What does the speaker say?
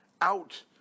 out